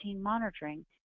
monitoring